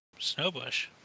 Snowbush